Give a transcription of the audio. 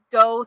go